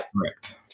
correct